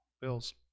Bill's